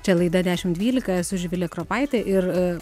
čia laida dešimt dvylika esu živilė kropaitė ir